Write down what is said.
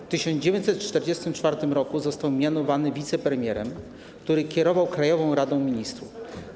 W 1944 r. został mianowany wicepremierem i kierował Krajową Radą Ministrów.